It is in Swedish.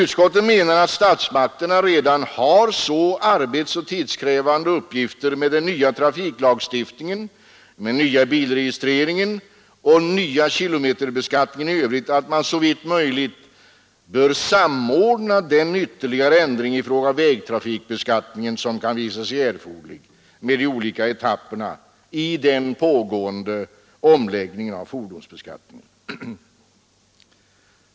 Utskottet menar att statsmakterna redan har så arbetsoch tidskrävande uppgifter med den nya trafiklagstiftningen, den nya bilregistreringen och den nya kilometerbeskattningen i övrigt, att man såvitt möjligt bör samordna den ytterligare ändring i fråga om vägtrafikbeskattningen som kan visa sig erforderlig med de olika etapperna i den pågående omläggningen av fordonsbeskattningen.